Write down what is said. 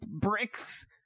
bricks